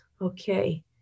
okay